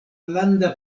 landa